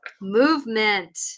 Movement